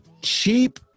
cheap